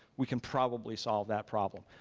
we can probably solve that problem.